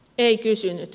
ei kysynyt